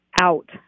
out